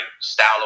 style